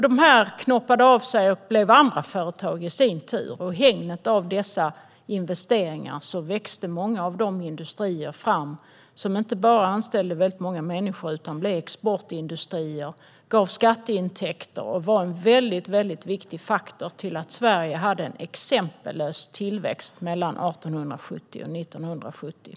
Dessa knoppade av sig och blev i sin tur andra företag, och i hägnet av dessa investeringar växte många av de industrier fram som inte bara anställde väldigt många människor utan även blev exportindustrier, gav skatteintäkter och var en väldigt viktig faktor i Sveriges exempellösa tillväxt mellan 1870 och 1970.